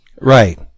right